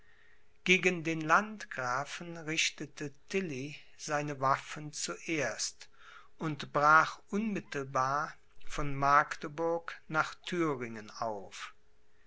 gegen den landgrafen richtete tilly seine waffen zuerst und brach unmittelbar von magdeburg nach thüringen auf